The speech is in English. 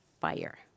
fire